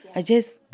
i just.